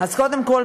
קודם כול,